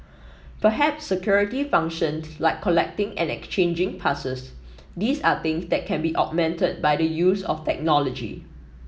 perhaps security functioned like collecting and exchanging passes these are things that can be augmented by the use of technology